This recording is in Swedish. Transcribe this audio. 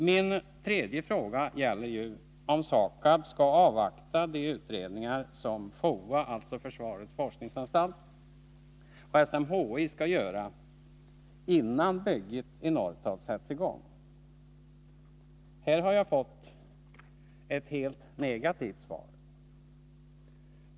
Min tredje fråga gäller om SAKAB skall avvakta de utredningar som FOA, försvarets forskningsanstalt, och SMHI skall göra innan bygget i Norrtorp sätts i gång. Här har jag fått ett helt negativt svar.